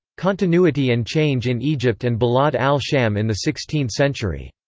continuity and change in egypt and bilad al-sham in the sixteenth century.